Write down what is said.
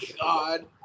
God